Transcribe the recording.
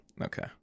Okay